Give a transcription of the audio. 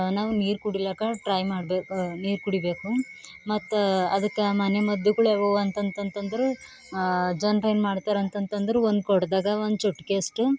ನಾವು ನೀರು ಕುಡಿಲಕ ಟ್ರೈ ಮಾಡ್ಬೇ ನೀರು ಕುಡಿಯಬೇಕು ಮತ್ತು ಅದಕ್ಕೆ ಮನೆಮದ್ದುಗಳು ಯಾವ್ಯಾವು ಅಂತಂತಂತಂದ್ರೆ ಜನ್ರೇನು ಮಾಡ್ತರಂತಂತಂದ್ರೆ ಒಂದು ಕೊಡದಾಗ ಒಂದು ಚಿಟ್ಕೆ ಅಷ್ಟು